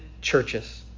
churches